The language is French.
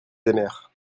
aimèrent